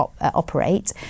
operate